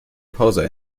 pause